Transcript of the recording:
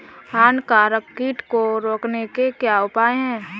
हानिकारक कीट को रोकने के क्या उपाय हैं?